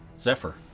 Zephyr